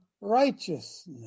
righteousness